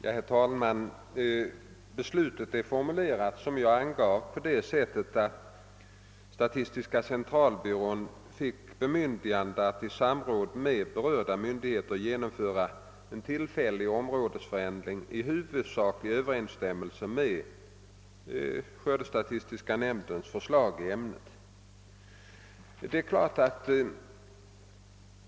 Herr talman! Beslutet är formulerat som jag angav, nämligen att statistiska centralbyrån fick bemyndigande att i samråd med berörda myndigheter genomföra en tillfällig områdesförändring i huvudsaklig överensstämmelse med skördestatistiska nämndens förslag i ämnet.